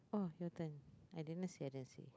oh your turn I didn't see I didn't see